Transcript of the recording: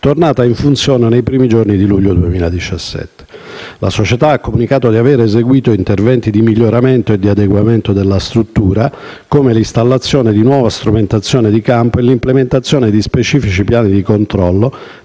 tornata in funzione nei primi giorni di luglio 2017. La società ha comunicato di aver eseguito interventi di miglioramento e adeguamento della struttura, come l'installazione di nuova strumentazione di campo e l'implementazione di specifici piani di controllo,